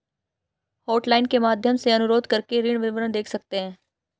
hotline के माध्यम से अनुरोध करके ऋण विवरण देख सकते है